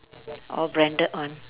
all branded one